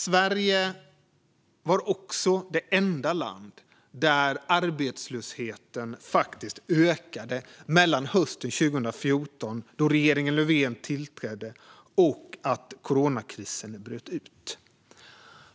Sverige var också det enda land där arbetslösheten faktiskt ökade mellan hösten 2014, då regeringen Löfven tillträdde, och att coronakrisen bröt ut.